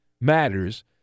matters